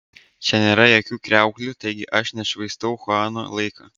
čia nėra jokių kriauklių taigi aš nešvaistau chuano laiko